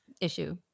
issue